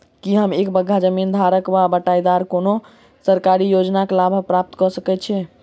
की एक बीघा जमीन धारक वा बटाईदार कोनों सरकारी योजनाक लाभ प्राप्त कऽ सकैत छैक?